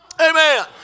Amen